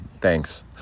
thanks